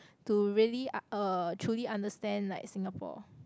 to really ah uh truly understand like Singapore